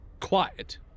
quiet